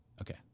Okay